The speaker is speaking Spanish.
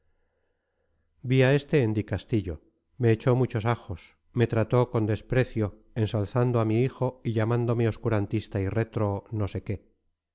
a este en dicastillo me echó muchos ajos me trató con desprecio ensalzando a mi hijo y llamándome obscurantista y retro no sé qué